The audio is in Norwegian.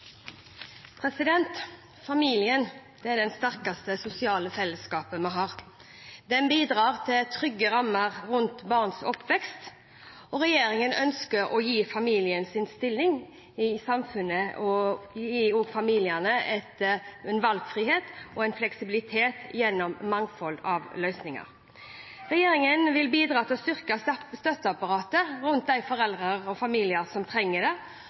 trygge rammer rundt barns oppvekst. Regjeringen ønsker å styrke familiens stilling i samfunnet og gi familiene valgfrihet og fleksibilitet gjennom et mangfold av løsninger. Regjeringen vil bidra til å styrke støtteapparatet rundt de foreldre og familier som trenger det,